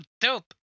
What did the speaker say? dope